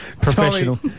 Professional